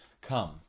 come